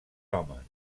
homes